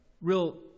real